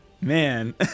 man